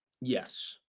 Yes